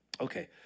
Okay